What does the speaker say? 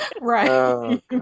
Right